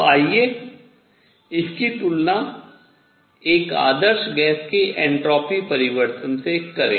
अब आइए इसकी तुलना एक आदर्श गैस के एंट्रोपी परिवर्तन से करें